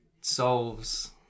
solves